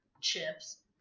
chips